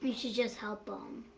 should just help them.